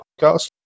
podcast